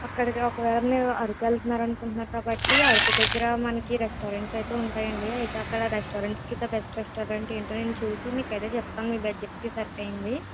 అక్కడికి ఒకవేళ మీరు అరకు వెళతారు అనుకుంటున్నారు కాబట్టి అరకు దగ్గర మనకి రెస్టారెంట్స్ అయితే ఉంటాయి అండి అయితే అక్కడ రెస్టారెంట్స్కి ఇక్కడ బెస్ట్ రెస్టారెంట్ ఏంటో అని చూసి మీకు అయితే చెప్తాను మీ బడ్జెట్కి సరిపోయింది